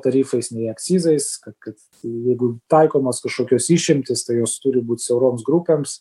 tarifais nei akcizais kad kad jeigu taikomos kažkokios išimtys tai jos turi būt siauroms grupėms